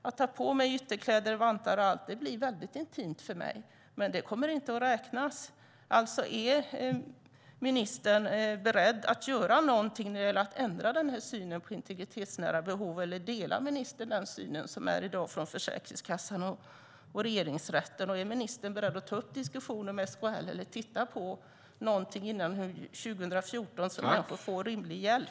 Att ta på sig ytterkläder, vantar och så vidare blir intimt för henne. Men det kommer inte att räknas. Är ministern beredd att göra något när det gäller att ändra synen på integritetsnära behov, eller delar ministern den syn som finns i dag hos Försäkringskassan och Regeringsrätten? Är ministern beredd att ta upp diskussionen med SKL eller titta på något före 2014 så att människor kan få rimlig hjälp?